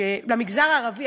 במגזר הערבי,